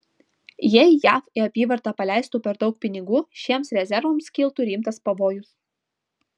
jei jav į apyvartą paleistų per daug pinigų šiems rezervams kiltų rimtas pavojus